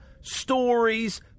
stories